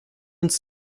uns